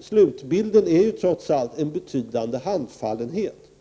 Slutbilden är trots allt en betydande handfallenhet.